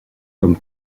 comme